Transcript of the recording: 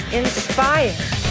inspired